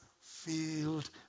filled